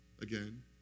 again